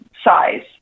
size